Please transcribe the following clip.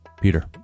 Peter